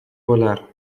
volar